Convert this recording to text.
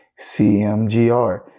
CMGR